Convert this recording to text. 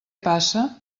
passa